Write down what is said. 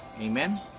Amen